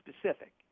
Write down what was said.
specific